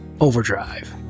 Overdrive